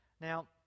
Now